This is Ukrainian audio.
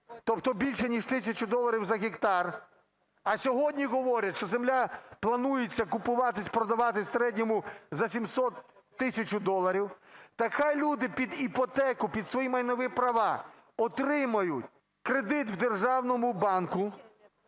тобто більше ніж 1 тисяча доларів за гектар. А сьогодні говорять, що земля планується купуватись-продаватись в середньому за 700-1000 доларів. Так хай люди під іпотеку, під свої майнові права отримають кредит в державному банку